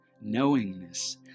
knowingness